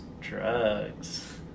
drugs